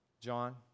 John